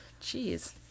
Jeez